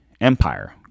empire